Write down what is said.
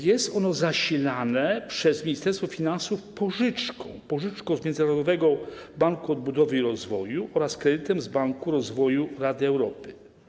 Jest ono zasilane przez Ministerstwo Finansów pożyczką z Międzynarodowego Banku Odbudowy i Rozwoju oraz kredytem z Banku Rozwoju Rady Europy.